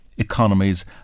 Economies